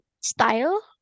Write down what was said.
style